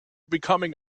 becoming